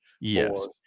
Yes